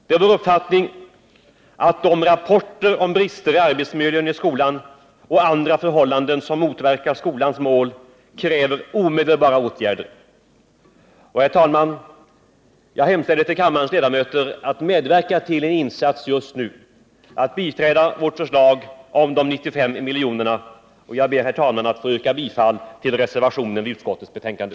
Det är vår uppfattning att de rapporter om brister i arbetsmiljön i skolan och andra förhållanden som motverkar skolans mål kräver omedelbara åtgärder. Och, herr talman, jag hemställer till kammarens ledamöter att medverka till en insats just nu, att biträda vårt förslag om de 95 miljonerna. Jag ber, herr talman, att få yrka bifall till reservationen vid utskottets betänkande.